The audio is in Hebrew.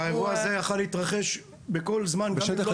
והאירוע הזה יכול היה להתרחש בכל זמן גם אם לא